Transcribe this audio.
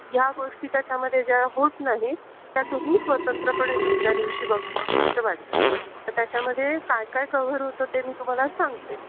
ह्या गोष्टी त्याच्यामध्ये ज्या होत नाहीत त्या तुम्ही स्वतंत्रपणे दुसऱ्या दिवशी बघावा असं वाटत आहे त्याच्यामध्ये काय काय कव्हर होतं ते मी तुम्हाला सांगते